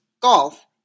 golf